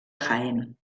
jaén